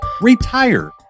retire